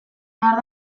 behar